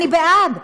אני בעד,